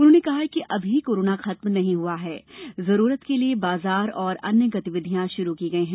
उन्होंने कहा कि अभी कोरोना खत्म नहीं हुआ है जरूरत के लिए बाजार और अन्य गतिविधियां शुरू की गई है